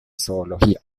zoología